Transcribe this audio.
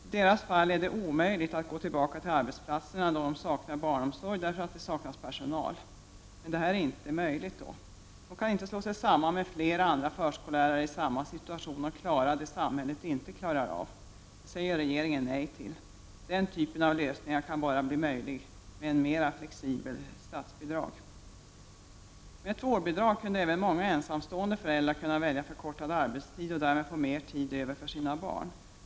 I deras fall är det omöjligt att gå tillbaka till arbetsplatsen då de saknar barnomsorg därför att det saknas personal. Men detta är inte möjligt. De kan inte slå sig samman med flera andra förskollärare i samma situation och klara det samhället inte klarar av. Det säger regeringen nej till. Den typen av lösningar kan bara bli möjlig med ett mera flexibelt statsbidragssystem. Med ett vårdbidrag skulle även många ensamstående föräldrar kunna välja förkortad arbetstid och därmed få mer tid över för sina barn.